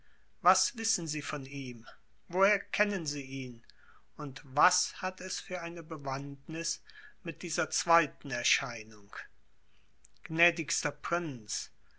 was wissen sie von ihm woher kennen sie ihn und was hat es für eine bewandtnis mit dieser zweiten erscheinung gnädigster prinz